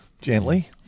Gently